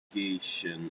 propagation